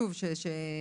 שוב,